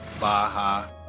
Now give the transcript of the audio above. Baja